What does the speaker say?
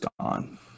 gone